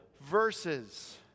verses